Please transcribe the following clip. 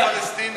פלסטינים.